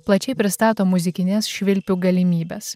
plačiai pristato muzikines švilpių galimybes